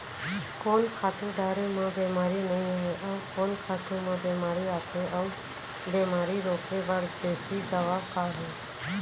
कोन खातू डारे म बेमारी नई आये, अऊ कोन खातू म बेमारी आथे अऊ बेमारी रोके बर देसी दवा का हे?